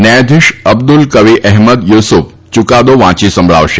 ન્યાયાધીશ અબ્દુલ કવી અહેમદ યુસુફ યુકાદો વાંચી સંભળાવશે